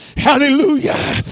hallelujah